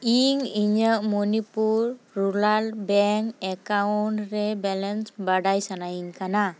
ᱤᱧ ᱤᱧᱟᱹᱜ Manipur rural bank account ᱨᱮ ᱵᱮᱞᱮᱹᱥ ᱵᱟᱰᱟᱭ ᱥᱟᱱᱟᱭᱤᱧ ᱠᱟᱱᱟ